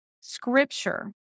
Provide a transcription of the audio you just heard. scripture